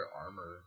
armor